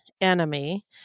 enemy